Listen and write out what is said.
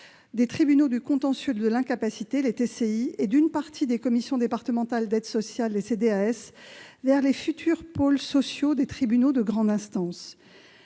des tribunaux du contentieux de l'incapacité, les TCI, et d'une partie des commissions départementales d'aide sociale, les CDAS, vers les futurs pôles sociaux des tribunaux de grande instance.